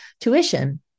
tuition